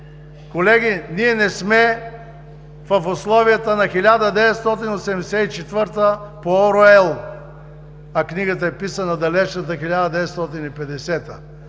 Колеги, ние не сме в условията на 1984 г. – Оруел, а книгата е писана в далечната 1950